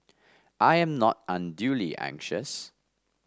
I am not unduly anxious